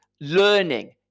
learning